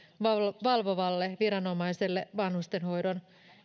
valvovalle viranomaiselle vanhustenhoidon